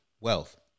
wealth